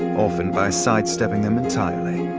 often by side-stepping them entirely.